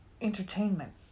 Entertainment